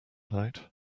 night